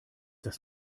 das